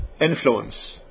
influence